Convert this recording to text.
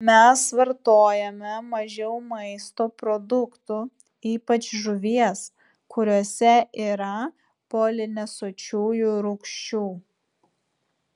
mes vartojame mažiau maisto produktų ypač žuvies kuriuose yra polinesočiųjų rūgščių